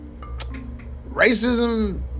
racism